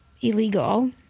illegal